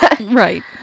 Right